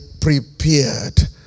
prepared